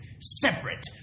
separate